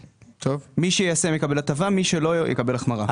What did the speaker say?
מי שיעשה יקבל הטבה, ומי שלא יקבל החמרה.